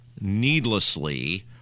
needlessly